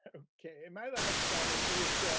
ok. my last comment is